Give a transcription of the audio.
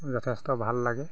যথেষ্ট ভাল লাগে